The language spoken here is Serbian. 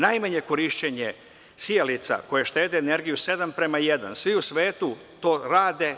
Najmanje je korišćenje sijalica koje štede energiju sedam prema jedan, a svi u svetu to rade.